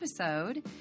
episode